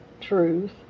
truth